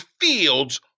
fields